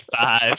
five